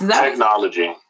technology